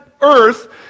earth